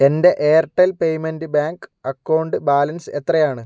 എൻ്റെ Airtel payment bank account balance എത്രയാണ്